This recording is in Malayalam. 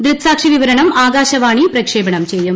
ദൃക്സാക്ഷി വിവരണം ആകാശവാണി പ്രക്ഷേപണം ചെയ്യും